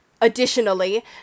Additionally